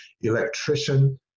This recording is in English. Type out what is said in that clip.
electrician